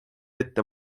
ette